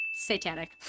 satanic